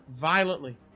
violently